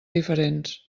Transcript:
diferents